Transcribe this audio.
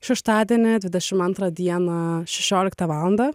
šeštadienį dvidešimt antrą dieną šešioliktą valandą